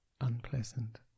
unpleasant